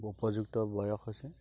উপযুক্ত বয়স হৈছে